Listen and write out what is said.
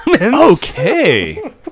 Okay